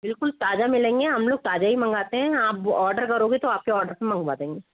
बिल्कुल ताजा मिलेंगे हम लोग ताजा ही मांगते है आप ऑर्डर करोगे तो आपके ऑर्डर पे मँगवा देंगे